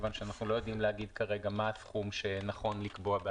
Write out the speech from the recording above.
מכיוון שאנחנו לא יודעים להגיד כרגע מה הסכום שנכון לקבוע בהצעת החוק.